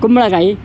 ಕುಂಬಳಕಾಯಿ